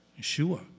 Yeshua